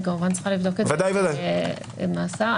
אני כמובן צריכה לבדוק את זה עם השר.